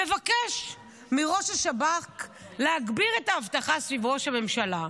מבקש מראש השב"כ להגביר את האבטחה סביב ראש הממשלה.